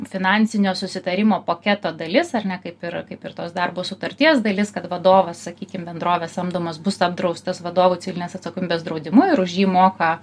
finansinio susitarimo paketo dalis ar ne kaip ir kaip ir tos darbo sutarties dalis kad vadovas sakykim bendrovės samdomas bus apdraustas vadovų civilinės atsakomybės draudimu ir už jį moka